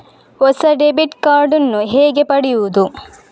ಹೊಸ debit card ನ್ನು ಹೇಗೆ ಪಡೆಯುದು?